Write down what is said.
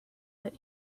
that